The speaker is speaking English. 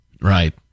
Right